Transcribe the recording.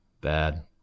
bad